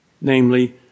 namely